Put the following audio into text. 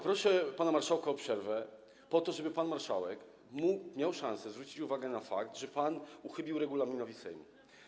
Proszę pana marszałka o przerwę po to, żeby pan marszałek miał szansę zwrócić uwagę na fakt, że pan uchybił regulaminowi Sejmu.